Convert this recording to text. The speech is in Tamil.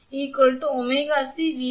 ஆகையால் நான் ஒமேகா சிக்கு சமமாக வி